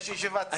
יש ישיבת סיעה.